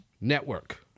network